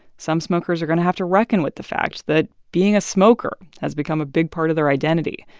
some smokers are going to have to reckon with the fact that being a smoker has become a big part of their identity.